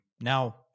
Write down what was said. Now